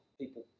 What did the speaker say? people